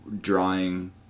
drawing